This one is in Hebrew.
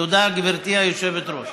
תודה, גברתי היושבת-ראש.